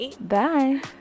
bye